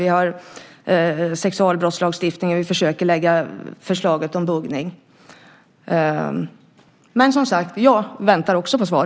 Det är sexualbrottslagstiftningen. Vi försöker lägga fram förslaget om buggning. Som sagt väntar jag också på svar.